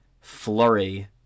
flurry